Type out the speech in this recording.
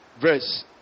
verse